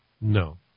No